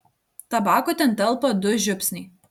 tabako ten telpa du žiupsniai